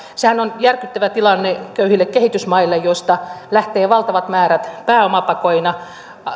sehän on järkyttävä tilanne köyhille kehitysmaille joista lähtee valtavat määrät pääomapakoina